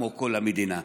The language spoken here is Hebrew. כמו כל המדינה,